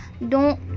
dont